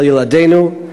של ילדינו,